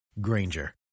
granger